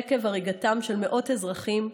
עקב הריגתם של מאות אזרחים,